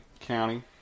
County